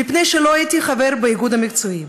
מפני שלא הייתי חבר באיגוד המקצועי,